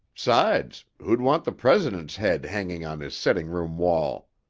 sides, who'd want the president's head hanging on his setting-room wall?